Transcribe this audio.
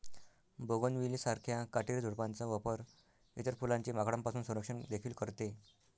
bougainvillea सारख्या काटेरी झुडपांचा वापर इतर फुलांचे माकडांपासून संरक्षण देखील करते